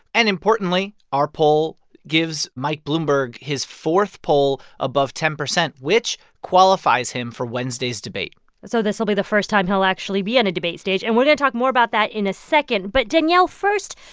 and importantly, our poll gives mike bloomberg his fourth poll above ten percent, which qualifies him for wednesday's debate so this will be the first time he'll actually be on a debate stage. and we're going to talk more about that in a second. but, danielle, first,